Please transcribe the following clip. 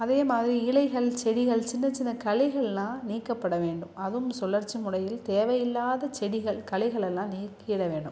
அதே மாதிரி இலைகள் செடிகள் சின்ன சின்ன களைகள்லாம் நீக்கப்பட வேண்டும் அதுவும் சுழற்சி முறையில் தேவையில்லாத செடிகள் களைகளெல்லாம் நீக்கிவிட வேணும்